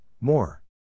more